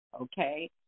okay